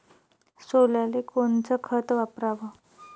सोल्याले कोनचं खत वापराव?